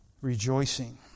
Rejoicing